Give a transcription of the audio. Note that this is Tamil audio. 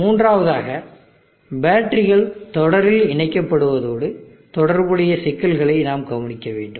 மூன்றாவதாக பேட்டரிகள் தொடரில் இணைக்கப்படுவதோடு தொடர்புடைய சிக்கல்களை நாம் கவனிக்க வேண்டும்